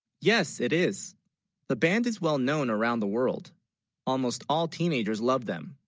yes it is the band is well known around the world almost all teenagers love them